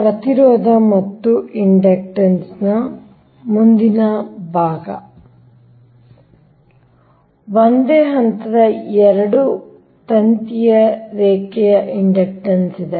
ಪ್ರತಿರೋಧ ಮತ್ತು ಇಂಡಕ್ಟನ್ಸ್ ಮುಂದುವರಿದ ಭಾಗ ಆದ್ದರಿಂದ ಒಂದೇ ಹಂತದ ಎರಡು ತಂತಿ ರೇಖೆಯ ಇಂಡಕ್ಟನ್ಸ್ ಇದೆ